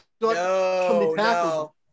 no